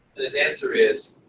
his answer is